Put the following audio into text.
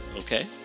okay